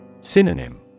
Synonym